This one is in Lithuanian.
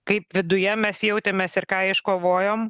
kaip viduje mes jautėmės ir ką iškovojom